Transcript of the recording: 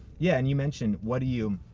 yeah, and you mentioned, what do you,